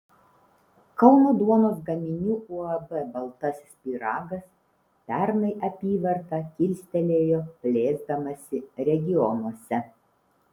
kauno duonos gaminių uab baltasis pyragas pernai apyvartą kilstelėjo plėsdamasi regionuose